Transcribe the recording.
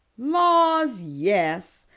laws, yes,